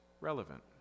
relevant